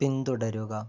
പിന്തുടരുക